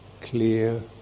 clear